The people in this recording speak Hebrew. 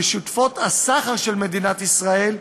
ואצל שותפות הסחר של מדינת ישראל,